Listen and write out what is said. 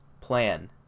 plan